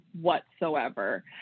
whatsoever